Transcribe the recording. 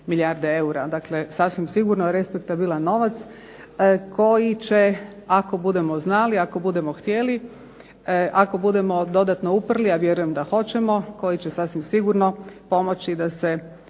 Dakle sasvim sigurno respektabilan novac, koji će ako budemo znali, ako budemo htjeli, ako budemo dodatno uprli, a vjerujem da hoćemo, koji će sasvim sigurno pomoći da se